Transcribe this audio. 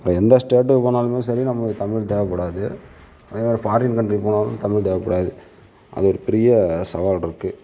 வேற எந்த ஸ்டேட்டுக்கு போனாலுமே சரி நம்மளுக்கு தமிழ் தேவைப்படாது அதே மாதிரி ஃபாரின் கண்ட்ரி போனாலும் தமிழ் தேவைப்படாது அது ஒரு பெரிய சவால் இருக்குது